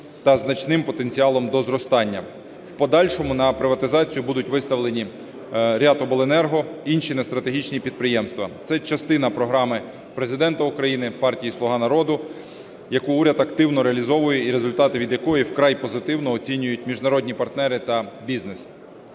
та значним потенціалом до зростання. В подальшому на приватизацію будуть виставлені ряд обленерго і інші нестратегічні підприємства. Це частина програми Президента України, партії "Слуга народу", яку уряд активно реалізовує і результати від якої вкрай позитивно оцінюють міжнародні партнери та бізнес.